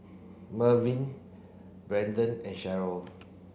Merwin Brendan and Cheryll